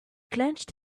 clenched